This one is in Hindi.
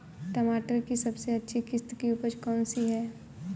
टमाटर की सबसे अच्छी किश्त की उपज कौन सी है?